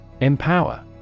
Empower